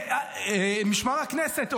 משמר הכנסת,